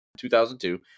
2002